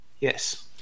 Yes